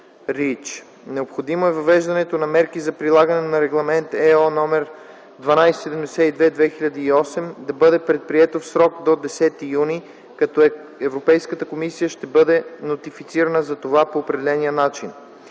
Необходимо е въвеждането на мерки за прилагане на Регламент (ЕО) № 1272/2008 да бъде предприето в срок до 10 юни, като Европейската комисия ще бъде нотифицирана за това по определения начин.